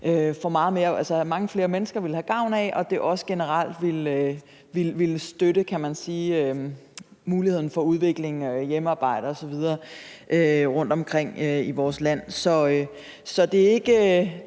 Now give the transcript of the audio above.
mange flere mennesker ville have gavn af, og at det også generelt ville støtte mulighederne for udvikling af hjemmearbejde osv. rundtomkring i vores land. Så det er ikke